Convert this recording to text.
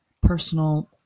personal